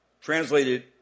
Translated